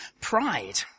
pride